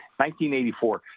1984